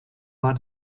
war